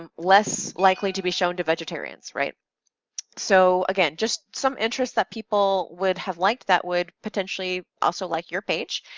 um less likely to be shown to vegetarians so again, just some interests that people would have liked that would potentially also like your page.